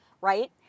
right